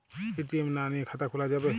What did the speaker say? ATM না নিয়ে খাতা খোলা যাবে?